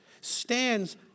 stands